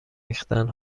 ریختن